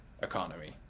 economy